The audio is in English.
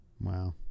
Wow